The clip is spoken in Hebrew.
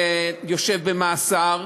יושב במאסר,